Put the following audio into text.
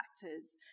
factors